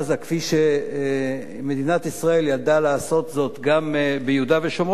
כפי שמדינת ישראל ידעה לעשות זאת גם ביהודה ושומרון,